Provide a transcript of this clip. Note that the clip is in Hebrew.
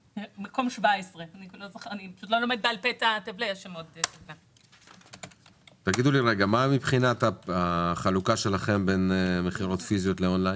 17. מה החלוקה שלכם בין מכירות פיזיות לאון-ליין?